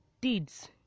deeds